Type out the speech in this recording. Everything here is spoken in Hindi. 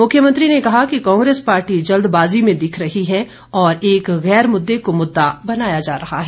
मुख्यमंत्री ने कहा कि कांग्रेस पार्टी जल्दबाजी में दिख रही है और एक गैर मुददे को मुददा बनाया जा रहा है